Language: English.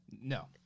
No